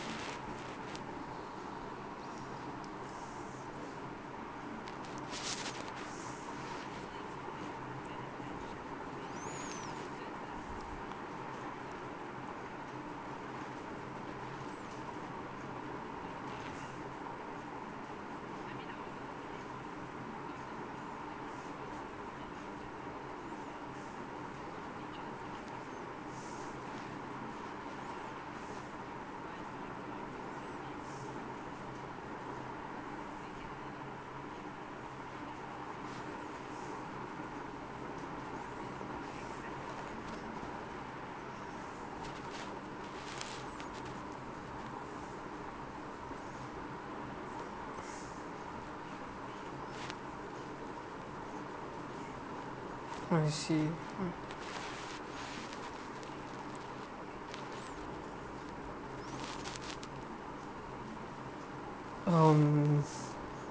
I see mm um